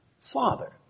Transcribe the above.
Father